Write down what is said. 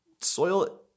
Soil